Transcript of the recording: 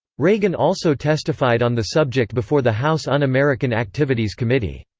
reagan also testified on the subject before the house un-american activities committee.